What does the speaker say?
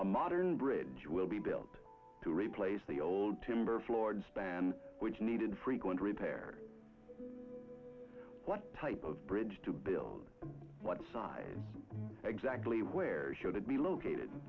a modern bridge will be built to replace the old timber floored stand which needed frequent repair what type of bridge to build what size exactly where should it be located